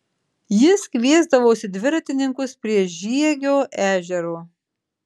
jis kviesdavosi dviratininkus prie žiegio ežero